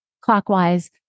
clockwise